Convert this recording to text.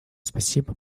спасибо